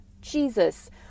Jesus